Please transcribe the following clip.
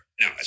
no